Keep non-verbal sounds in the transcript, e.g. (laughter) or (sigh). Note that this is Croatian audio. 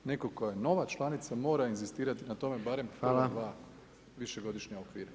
Netko tko je nova članica mora inzistirati na tome barem ... (unintelligible) višegodišnja okvira.